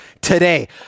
today